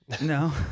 No